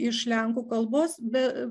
iš lenkų kalbos be